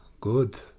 Good